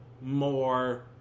more